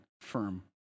firm